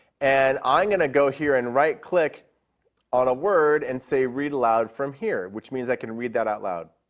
and i'm going to go here and right click on a word and say read aloud from here. which means i can read that out loud.